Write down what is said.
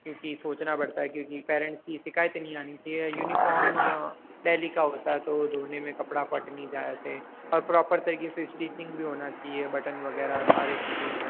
क्योंकि सोचना पड़ता है क्योंकि पेरेंट्स की शिकायत नहीं आनी चाहिए यूनिफॉर्म टैली का होता है तो वो धोने में कपड़ा फट नहीं जाए ऐसे और प्रॉपर तरीके से स्टिचिंग भी होना चाहिए बटन वगैरह सारे चीज़ें